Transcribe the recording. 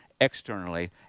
externally